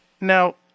Now